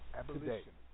abolition